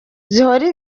zihora